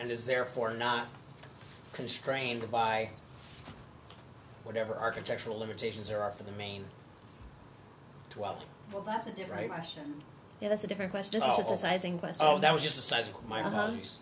and is therefore not constrained by whatever architectural limitations are for the main twelve well that's a different question yeah that's a different question that was just the size of my ho